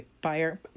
buyer